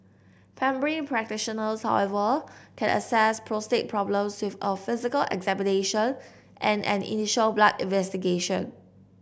primary practitioners however can assess prostate problems with a physical examination and an initial blood investigation